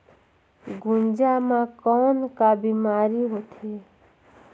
गुनजा मा कौन का बीमारी होथे?